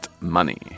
Money